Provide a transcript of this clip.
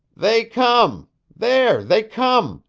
they come there, they come!